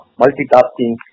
multitasking